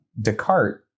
Descartes